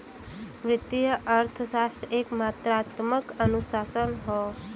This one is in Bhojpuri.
वित्तीय अर्थशास्त्र एक मात्रात्मक अनुशासन हौ